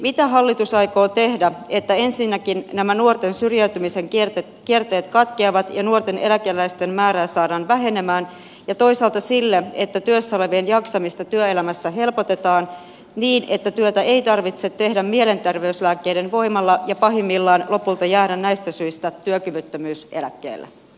mitä hallitus aikoo tehdä että ensinnäkin nämä nuorten syrjäytymisen kierteet katkeavat ja nuorten eläkeläisten määrää saadaan vähenemään ja toisaalta että työssä olevien jaksamista työelämässä helpotetaan niin että työtä ei tarvitse tehdä mielenterveyslääkkeiden voimalla ja pahimmillaan lopulta jäädä näistä syistä työkyvyttömyyseläkkeelle